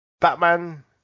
Batman